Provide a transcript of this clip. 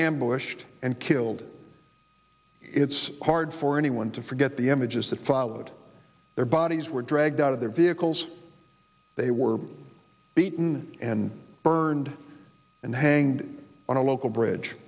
ambushed and killed it's hard for anyone to forget the images that followed their bodies were dragged out of their vehicles they were beaten and burned and hanged on a local bridge